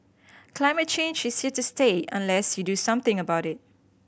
climate change is here to stay unless you do something about it